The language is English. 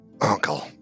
Uncle